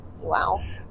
wow